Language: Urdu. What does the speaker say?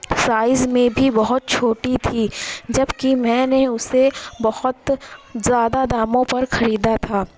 سائز میں بھی بہت چھوٹی تھی جب کہ میں نے اسے بہت زیادہ داموں پر خریدا تھا